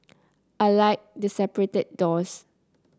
I like the separated doors